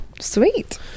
sweet